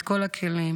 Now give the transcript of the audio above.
את כל הכלים,